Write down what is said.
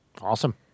Awesome